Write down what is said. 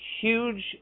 huge